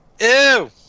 Ew